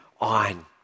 on